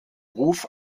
ruf